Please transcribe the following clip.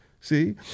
see